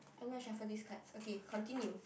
I'm gonna shuffle this card okay continue